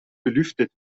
belüftet